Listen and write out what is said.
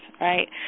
right